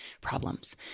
problems